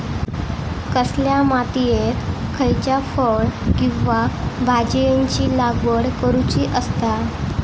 कसल्या मातीयेत खयच्या फळ किंवा भाजीयेंची लागवड करुची असता?